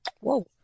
Whoa